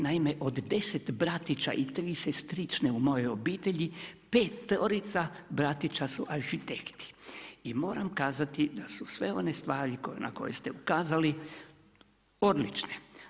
Naime, od 10 bratića i 3 sestrične u mojoj obitelji, 5-orica bratića su arhitekti i moram kazati da su sve one stvari na koje ste ukazali odlične.